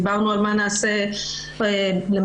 דיברנו מה נעשה למחרת,